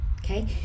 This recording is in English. Okay